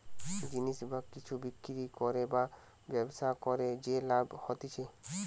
জিনিস বা কিছু বিক্রি করে বা ব্যবসা করে যে লাভ হতিছে